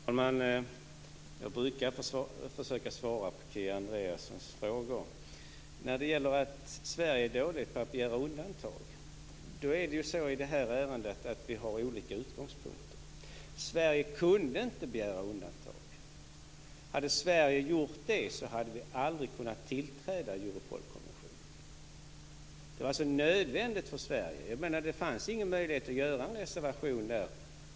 Herr talman! Jag brukar försöka svara på Kia Kia Andreasson säger att Sverige är dåligt på att begära undantag. I det här ärendet har vi olika utgångspunkter. Sverige kunde inte begära undantag. Hade Sverige gjort det hade vi aldrig kunnat tillträda Europolkonventionen. Det var alltså nödvändigt för Sverige att göra det. Det fanns ingen möjlighet att göra en reservation där.